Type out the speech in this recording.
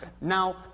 Now